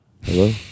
Hello